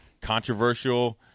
controversial